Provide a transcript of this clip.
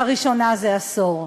לראשונה זה עשור.